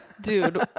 dude